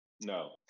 No